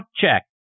Check